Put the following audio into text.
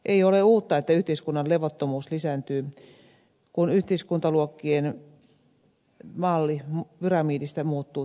ei ole uutta että yhteiskunnan levottomuus lisääntyy kun yhteiskuntaluokkien malli pyramidista muuttuu tiimalasiksi